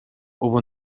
ubu